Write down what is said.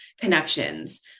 connections